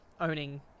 owning